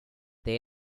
they